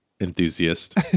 enthusiast